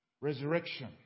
resurrection